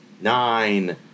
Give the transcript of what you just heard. nine